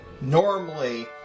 normally